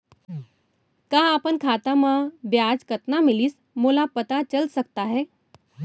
का अपन खाता म ब्याज कतना मिलिस मोला पता चल सकता है?